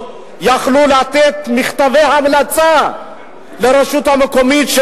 יכלו לתת מכתבי המלצה לרשות המקומית,